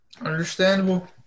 understandable